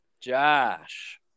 Josh